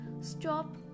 stop